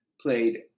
played